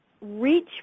reach